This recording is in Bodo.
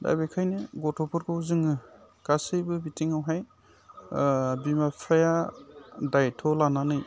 दा बेखायनो गथ'फोरखौ जोङो गासैबो बिथिङावहाय बिमा बिफाया दायथ' लानानै